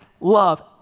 love